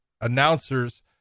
announcers